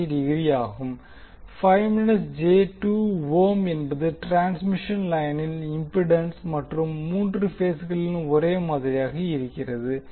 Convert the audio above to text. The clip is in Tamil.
5 j2 ஓம் என்பது டிரான்ஸ்மிஷன் லைனின் இம்பிடன்ஸ் மற்றும் மூன்று பேஸ்களிலும் ஒரே மாதிரியாக இருக்கிறது